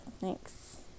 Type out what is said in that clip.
Thanks